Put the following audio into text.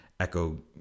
Echo